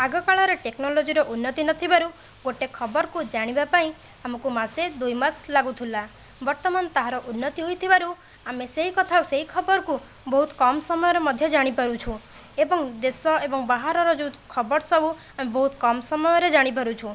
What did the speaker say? ଆଗକାଳରେ ଟେକ୍ନୋଲୋଜିର ଉନ୍ନତି ନଥିବାରୁ ଗୋଟିଏ ଖବରକୁ ଜାଣିବା ପାଇଁ ଆମକୁ ମାସେ ଦୁଇ ମାସ ଲାଗୁଥିଲା ବର୍ତ୍ତମାନ ତାହାର ଉନ୍ନତି ହୋଇଥିବାରୁ ଆମେ ସେହି କଥା ସେଇ ଖବରକୁ ବହୁତ କମ୍ ସମୟରେ ମଧ୍ୟ ଜାଣିପାରୁଛୁ ଏବଂ ଦେଶ ଏବଂ ବାହାରର ଯେଉଁ ଖବର ସବୁ ଆମେ ବହୁତ କମ୍ ସମୟ ରେ ଜାଣିପାରୁଛୁ